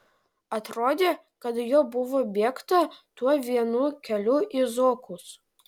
atrodė kad jo buvo bėgta tuo vienu keliu į zokus